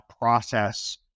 process